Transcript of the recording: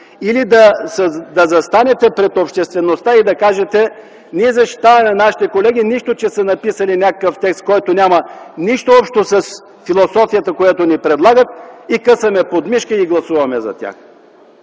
или да застанете пред обществеността и да кажете: Ние защитаваме нашите колеги, нищо че са написали някакъв текст, който няма нищо общо с философията, която ни предлагат, късаме, под мишка и гласуваме за тях.